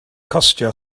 costio